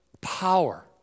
power